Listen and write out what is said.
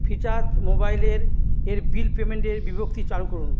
Freecharge মোবাইলের এর bill পেমেন্টের বিভক্তি চালু করুন